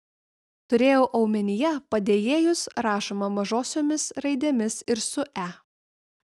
turėjau omenyje padėjėjus rašoma mažosiomis raidėmis ir su e